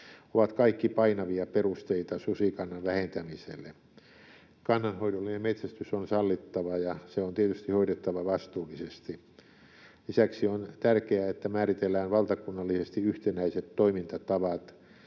ovat kaikki painavia perusteita susikannan vähentämiselle. Kannanhoidollinen metsästys on sallittava, ja se on tietysti hoidettava vastuullisesti. Lisäksi on tärkeää, että määritellään valtakunnallisesti yhtenäiset toimintatavat,